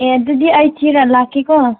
ꯑꯦ ꯑꯗꯨꯗꯤ ꯑꯩ ꯊꯤꯔ ꯂꯥꯛꯀꯦꯀꯣ